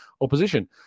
opposition